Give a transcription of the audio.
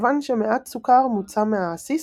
כיוון שמעט סוכר מוצה מהעסיס,